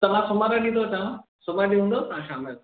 त मां सूमरु ॾींहुं थो अचांव सूमरु ॾींहुं हूंदव तव्हां शाम जो